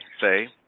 say